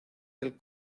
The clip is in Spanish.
del